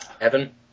Evan